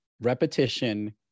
repetition